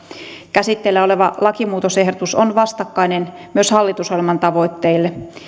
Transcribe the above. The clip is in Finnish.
käsitteillä oleva lakimuutosehdotus on vastakkainen myös hallitusohjelman tavoitteille